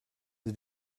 sie